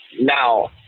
Now